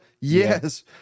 Yes